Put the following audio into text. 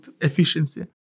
efficiency